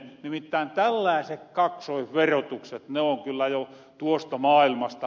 nimittäin tällaaset kaksoisverotukset on kyllä jo muusta maailmasta